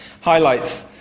highlights